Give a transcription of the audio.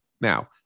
Now